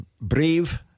brave